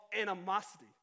animosity